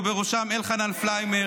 ובראשם אלחנן פלהיימר